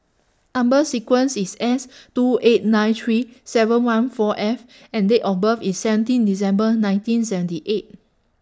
Number sequence IS S two eight nine three seven one four F and Date of birth IS seventeen December nineteen seventy eight